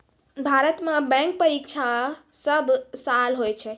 भारत मे बैंक परीक्षा सब साल हुवै छै